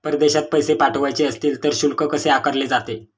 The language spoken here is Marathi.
परदेशात पैसे पाठवायचे असतील तर शुल्क कसे आकारले जाते?